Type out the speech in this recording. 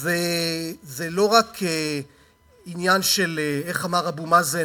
זה לא רק עניין של, איך אמר אבו מאזן?